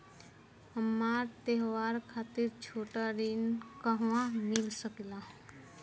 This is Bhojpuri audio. हमरा त्योहार खातिर छोटा ऋण कहवा मिल सकेला?